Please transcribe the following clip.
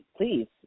please